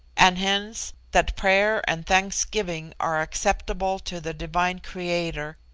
and hence that prayer and thanksgiving are acceptable to the divine creator,